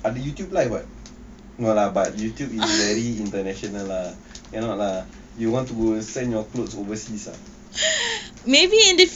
ada youtube live [what] no lah but youtube is very international ah cannot lah you want to send your clothes overseas